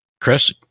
Chris